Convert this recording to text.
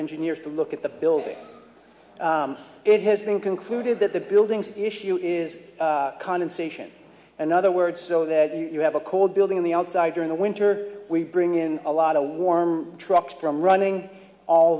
engineers to look at the building it has been concluded that the buildings issue is condensation another word so that you have a cold building on the outside during the winter we bring in a lot of warm trucks from running all